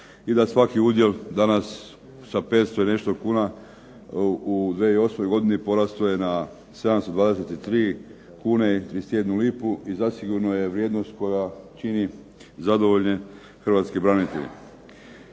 i da svaki udjel danas sa 500 i nešto kuna u 2008. godini porastao je na 723,31 kune i zasigurno je vrijednost koja čini zadovoljne hrvatske branitelje.